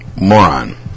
Moron